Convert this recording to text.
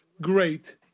great